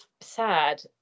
sad